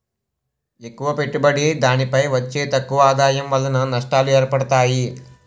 ఎక్కువ పెట్టుబడి దానిపై వచ్చే తక్కువ ఆదాయం వలన నష్టాలు ఏర్పడతాయి